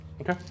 Okay